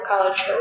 College